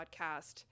podcast